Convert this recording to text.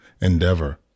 endeavor